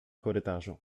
korytarzu